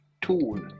tool